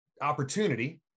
opportunity